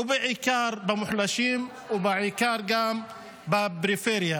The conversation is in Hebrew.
בעיקר במוחלשים וגם בעיקר בפריפריה.